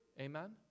Amen